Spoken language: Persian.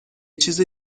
چیز